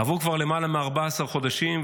עברו כבר למעלה מ-14 חודשים,